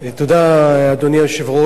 תודה, אדוני היושב-ראש,